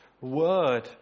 Word